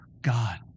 God